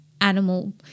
animal